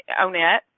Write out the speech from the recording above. Onet